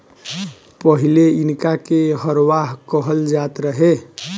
पहिले इनका के हरवाह कहल जात रहे